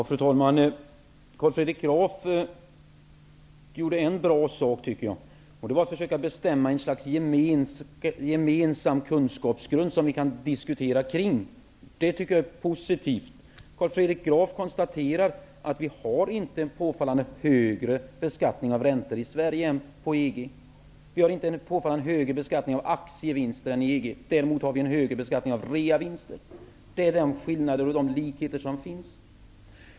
Fru talman! Carl Fredrik Graf gjorde en bra sak, och det var att försöka bestämma ett slags gemensam kunskapsgrund, som vi kan diskutera kring. Det är positivt. Carl Fredrik Graf konstaterade att vi inte har en påfallande högre beskattning av räntor i Sverige än i EG. Vi har inte en påfallande högre beskattning av aktievinster än EG. Däremot har vi en högre beskattning av reavinster. Det är likheter och de skillnader som finns.